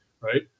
right